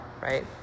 Right